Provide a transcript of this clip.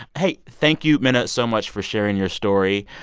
hey, thank you, minna, so much for sharing your story.